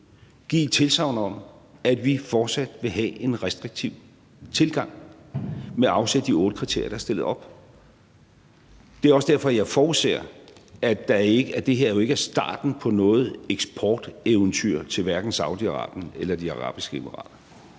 give et tilsagn om, at vi fortsat vil have en restriktiv tilgang med afsæt i de otte kriterier, der er stillet op. Det er også derfor, jeg forudser, at det her jo ikke er starten på noget eksporteventyr til hverken Saudi-Arabien eller De Forenede Arabiske Emirater.